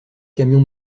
camions